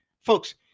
Folks